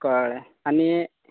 कळ्ळें आनी